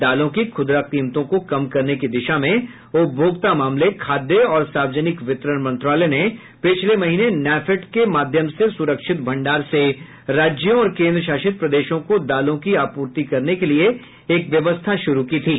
दालों की खूदरा कीमतों को कम करने की दिशा में उपभोक्ता मामले खाद्य और सार्वजनिक वितरण मंत्रालय ने पिछले महीने नाफेड के माध्यम से सुरक्षित भंडार से राज्यों और केंद्रशासित प्रदेशों को दालों की आपूर्ति करने के लिए एक व्यवस्था श्रु की थी